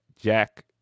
Jack